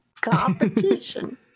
Competition